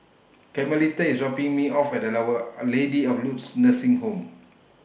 Carmelita IS dropping Me off At Our Lady of Lourdes Nursing Home